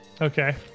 Okay